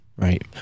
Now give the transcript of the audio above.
Right